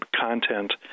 content